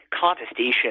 contestation